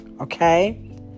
Okay